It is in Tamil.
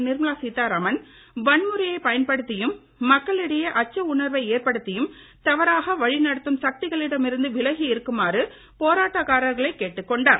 நிர்மலா சீத்தாராமன் வன்முறையை பயன்படுத்தியும் மக்களிடையே அச்ச உணர்வை ஏற்படுத்தியும் தவறாக வழிநடத்தும் சக்திகளிடம் இருந்து விலகி இருக்குமாறு போராட்டக்காரர்களை கேட்டுக் கொண்டார்